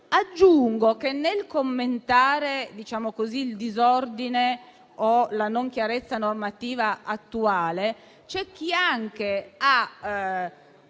Aggiungo che, nel commentare il disordine o la non chiarezza normativa attuale, c'è chi ha